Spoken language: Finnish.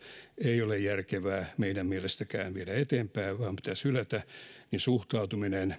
ei ole järkevää meidänkään mielestämme viedä eteenpäin vaan se pitäisi hylätä niin suhtautumista